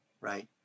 right